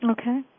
Okay